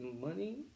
money